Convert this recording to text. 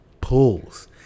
pulls